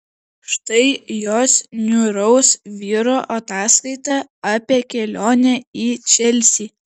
štai jos niūraus vyro ataskaita apie kelionę į čelsį